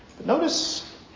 Notice